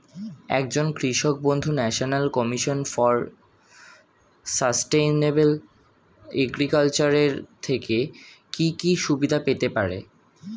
একজন কৃষক বন্ধু national commission for sustainable agriculture এর থেকে কি কি সুবিধা পেতে পারে?